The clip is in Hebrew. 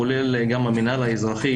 כולל גם המנהל האזרחי,